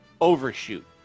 overshoot